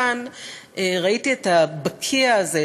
כאן ראיתי את הבקיע הזה,